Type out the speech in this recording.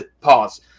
pause